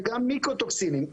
וגם מיקרו טוקסינים.